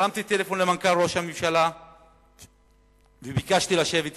הרמתי טלפון למנכ"ל משרד ראש הממשלה וביקשתי לשבת אתו.